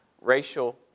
racial